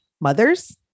mothers